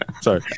sorry